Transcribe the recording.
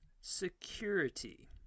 security